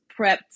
prepped